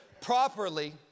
Properly